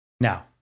now